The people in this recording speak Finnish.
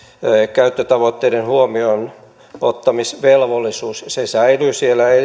käyttötavoitteiden huomioonottamisvelvollisuus se säilyy siellä